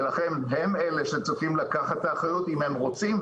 ולכן הם אלה שצריכים לקחת את האחריות אם הם רוצים,